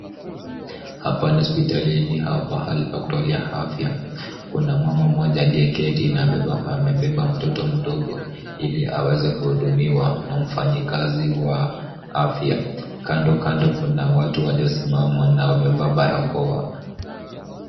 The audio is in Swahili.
Hapa ni hospitalini au pahali pa kutolea afya. Kuna mama mmoja aliyeketi na amebeba mtoto mdogo ili aweze kuhudumiwa na mfanyikazi wa afya. Kando kando kuna watu waliosimama na wamevaa barakoa.